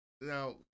Now